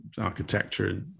architecture